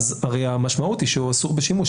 הרי המשמעות היא שהוא אסור בשימוש,